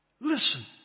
Listen